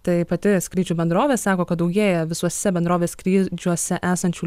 tai pati skrydžių bendrovė sako kad daugėja visose bendrovės skrydžiuose esančių